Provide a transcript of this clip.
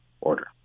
order